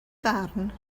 farn